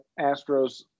Astros